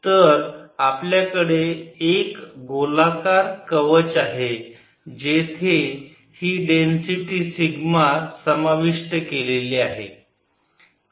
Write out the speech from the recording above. तर आपल्याकडे एक गोलाकार कवच आहे जेथे ही डेन्सिटी सिग्मा समाविष्ट केली आहे